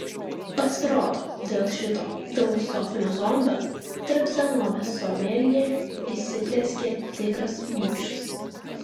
pasirodo dėl šito filosofinio zombio tarp senovės someljė įsiplieskė tikras mūšis